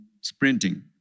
sprinting